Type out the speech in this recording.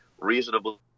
reasonably